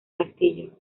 castillo